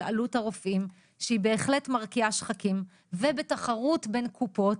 עלות הרופאים שהיא בהחלט מרקיעה שחקים ובתחרות בין קופות,